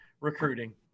recruiting